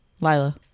Lila